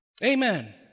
Amen